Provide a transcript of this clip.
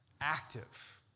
Active